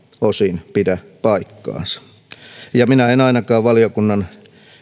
osin pidä paikkaansa minä en ainakaan valiokunnan